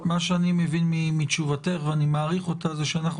מה שאני מבין מתשובתך ואני מעריך אותה שאנחנו